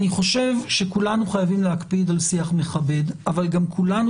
אני חושב שכולנו חייבים להקפיד על שיח מכבד אבל גם כולנו